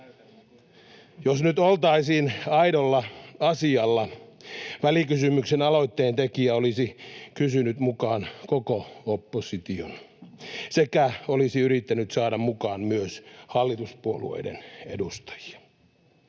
Jos nyt oltaisiin aidolla asialla, välikysymyksen aloitteentekijä olisi kysynyt mukaan koko opposition sekä olisi yrittänyt saada mukaan myös hallituspuolueiden edustajia.